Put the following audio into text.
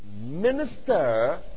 Minister